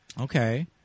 Okay